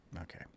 Okay